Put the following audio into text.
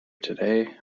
today